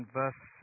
verse